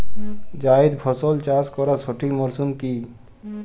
জায়েদ ফসল চাষ করার সঠিক মরশুম কি?